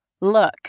look